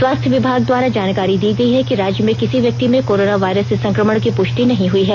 स्वास्थ्य विमाग द्वारा जानकारी दी गई है कि राज्य में किसी व्यक्ति में कोरोना वायरस से संक्रमण की पुष्टि नहीं हुई है